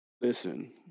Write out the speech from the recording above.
Listen